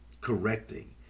correcting